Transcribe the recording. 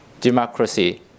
democracy